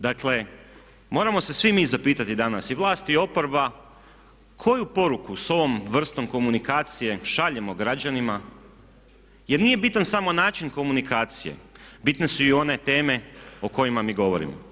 Dakle moramo se svi mi zapitati danas i vlast i oporba koju poruku s ovim vrstom komunikacije šaljemo građanima jer nije bitan samo način komunikacije, bitne su i one teme o kojima mi govorimo.